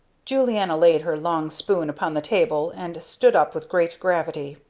julianna laid her long spoon upon the table and stood up with great gravity.